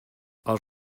els